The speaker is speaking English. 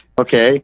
Okay